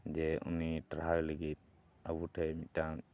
ᱡᱮ ᱩᱱᱤ ᱴᱟᱨᱦᱟᱣᱮ ᱞᱟᱹᱜᱤᱫ ᱟᱵᱚ ᱴᱷᱮᱱ ᱢᱤᱫᱴᱟᱝ